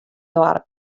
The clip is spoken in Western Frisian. doarp